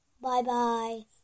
Bye-bye